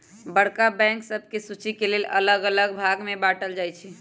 बड़का बैंक सभके सुचि के लेल अल्लग अल्लग भाग में बाटल जाइ छइ